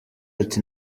ati